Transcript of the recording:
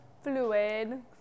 fluid